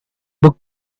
book